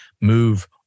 move